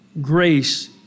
grace